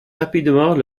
rapidement